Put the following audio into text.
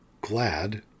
glad